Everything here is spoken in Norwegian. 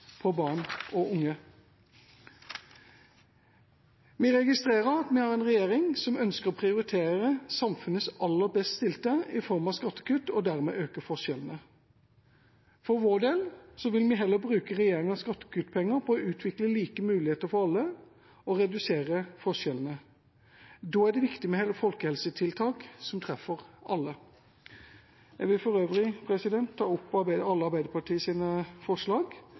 på barn og unge. Vi registrerer at vi har en regjering som ønsker å prioritere samfunnets aller best stilte i form av skattekutt og dermed øke forskjellene. For vår del vil vi heller bruke regjeringas skattekuttpenger på å utvikle like muligheter for alle og redusere forskjellene. Da er det viktig med folkehelsetiltak som treffer alle. Jeg vil for øvrig ta opp alle forslag Arbeiderpartiet har alene eller sammen med andre, unntatt forslag